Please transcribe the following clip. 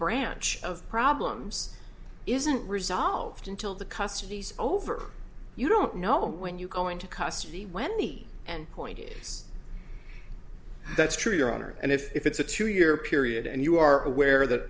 branch of problems isn't resolved until the custody is over you don't know when you go into custody when he and pointed that's true your honor and if it's a two year period and you are aware that